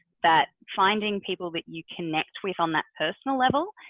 that finding people that you connect with on that personal level,